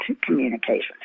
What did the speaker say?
communication